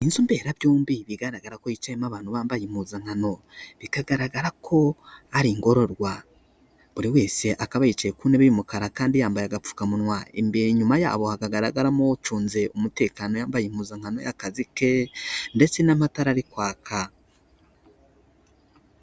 Inzu mberabyombi bigaragara ko yicayemo abantu bambaye impuzankano, bikagaragara ko ari ingororwa, buri wese akaba yicaye ku ntebe y'umukara kandi yambaye agapfukamunwa, inyuma yabo hakagaragaramo ucunze umutekano yambaye impuzankano y'akazi ke ,ndetse n'amatara ari kwaka.